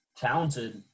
talented